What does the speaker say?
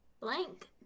Blank